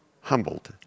humbled